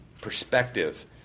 perspective